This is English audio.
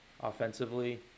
offensively